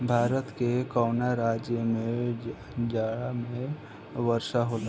भारत के कवना राज्य में जाड़ा में वर्षा होला?